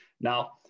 Now